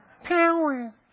Power